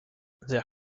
their